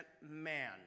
man